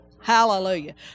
Hallelujah